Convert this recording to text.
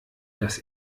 dass